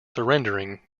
surrendering